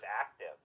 active